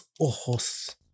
ojos